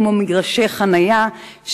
כמו מגרשי חנייה,